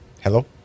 Hello